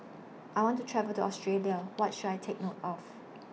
I want to travel to Australia What should I Take note of